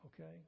okay